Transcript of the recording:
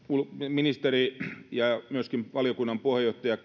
ministeri kaikkonen ja myöskin valiokunnan puheenjohtaja